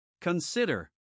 Consider